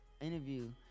interview